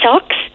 socks